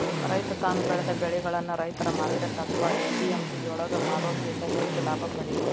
ರೈತ ತಾನು ಬೆಳೆದ ಬೆಳಿಗಳನ್ನ ರೈತರ ಮಾರ್ಕೆಟ್ ಅತ್ವಾ ಎ.ಪಿ.ಎಂ.ಸಿ ಯೊಳಗ ಮಾರೋದ್ರಿಂದ ಹೆಚ್ಚ ಲಾಭ ಪಡೇಬೋದು